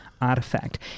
artifact